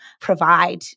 provide